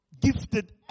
gifted